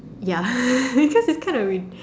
ya because it's kind of ridi~